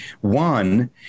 one